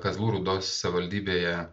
kazlų rūdos savivaldybėje